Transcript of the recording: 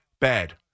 bad